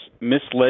misled